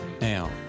Now